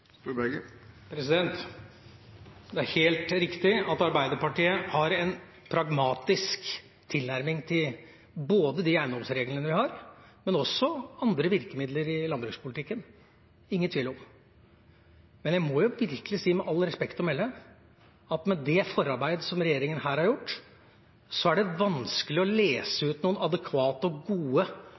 Det er helt riktig at Arbeiderpartiet har en pragmatisk tilnærming til både de eiendomsreglene vi har, og andre virkemidler i landbrukspolitikken. Det er det ingen tvil om. Men jeg må virkelig si, med all respekt å melde, at med det forarbeid som regjeringen her har gjort, er det vanskelig å lese ut noen adekvate og gode